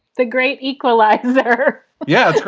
the great equalizer yeah, it's yeah